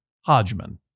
Hodgman